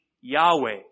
Yahweh